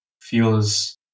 feels